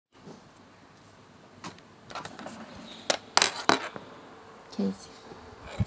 K